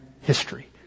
history